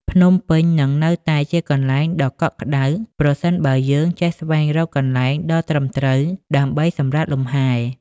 ភ្នំពេញនឹងនៅតែជាកន្លែងដ៏កក់ក្តៅ ប្រសិនបើយើងចេះស្វែងរកកន្លែងដ៏ត្រឹមត្រូវដើម្បីសម្រាកលំហែ។